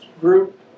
group